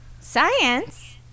Science